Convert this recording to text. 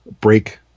break